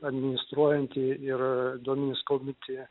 administruojantį ir duomenis kaupiantį